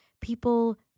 people